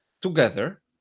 Together